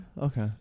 Okay